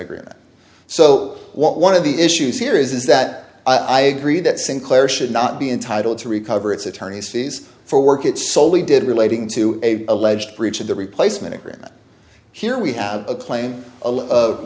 agreement so one of the issues here is that i agree that sinclair should not be entitled to recover its attorney's fees for work it soley did relating to a alleged breach of the replacement agreement here we have a claim of